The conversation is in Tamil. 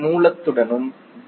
மூலத்துடனும் டி